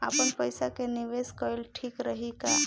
आपनपईसा के निवेस कईल ठीक रही का?